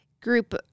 group